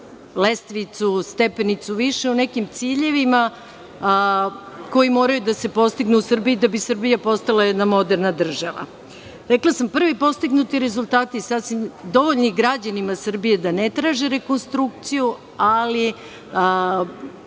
lestvicu, stepenicu više o nekim ciljevima koji moraju da se postignu u Srbiji da bi Srbija postala jedna moderna država. Rekla sam, prvi postignuti rezultati sasvim dovoljni građanima Srbije da ne traže rekonstrukciju, ali